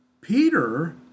Peter